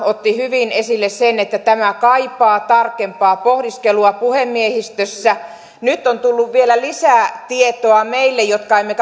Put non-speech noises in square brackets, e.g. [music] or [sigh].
otti hyvin esille sen että tämä kaipaa tarkempaa pohdiskelua puhemiehistössä nyt on tullut vielä lisää tietoa meille jotka emme [unintelligible]